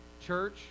Church